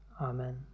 Amen